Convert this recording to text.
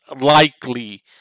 likely